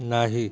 नाही